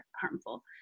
harmful